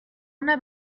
una